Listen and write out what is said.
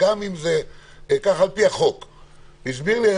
אם יש לך הצעה לגוף העניין, בבקשה.